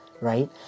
Right